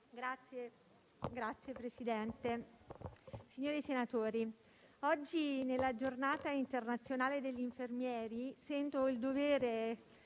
Signor Presidente, signori senatori, oggi, nella Giornata internazionale degli infermieri, sento il dovere